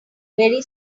very